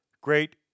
Great